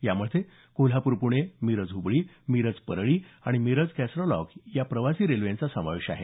यामध्ये कोल्हापूर पुणे मिरज हुबळी मिरज परळी आणि मिरज कॅसलरॉक या प्रवासी रेल्वेचा समावेश आहे